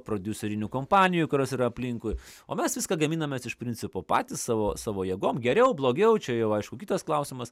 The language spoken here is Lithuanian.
prodiuserinių kompanijų kurios yra aplinkui o mes viską gaminamės iš principo patys savo savo jėgom geriau blogia čia jau aišku kitas klausimas